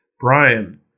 Brian